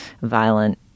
violent